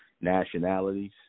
nationalities